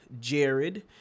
Jared